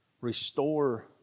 Restore